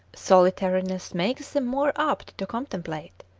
solitariness makes them more apt to contemplate,